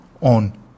on